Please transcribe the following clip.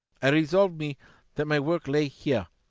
i resolve me that my work lay here,